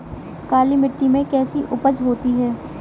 काली मिट्टी में कैसी उपज होती है?